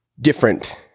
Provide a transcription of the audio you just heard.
different